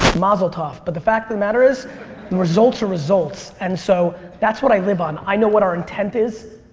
mazel tov. but the fact of the matter is results are results and so that's what i live on. i know what our intent is,